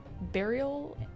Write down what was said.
burial